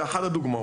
זה אחד הדוגמאות.